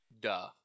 Duh